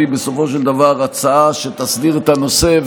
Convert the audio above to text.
בסופו של דבר הצעה שתסדיר את הנושא.